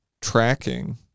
tracking